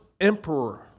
emperor